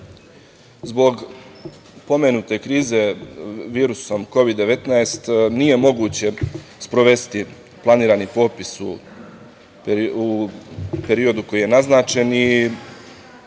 zbog pomenute krize virusom Kovid 19 nije moguće sprovesti planirani popis u periodu koji je naznačen i